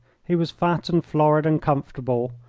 he was fat and florid and comfortable,